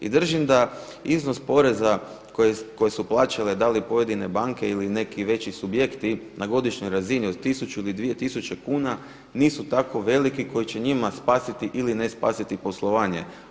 I držim da iznos poreza koji su plaćale da li pojedine banke ili neki veći subjekti na godišnjoj razini od 1000 ili 2000 kuna nisu tako veliki koji će njima spasiti ili ne spasiti poslovanje.